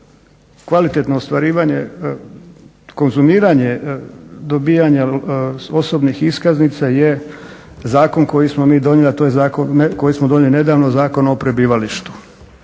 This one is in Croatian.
kvalitetno ostvarivanje, konzumiranje dobijanja osobnih iskaznica je zakon koji smo mi donijeli, a to je zakon koji